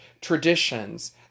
traditions